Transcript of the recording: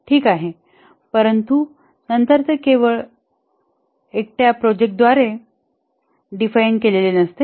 ठीक आहे परंतु नंतर ते केवळ एकट्या प्रोजेक्ट द्वारे डिफाइन केलेले नसते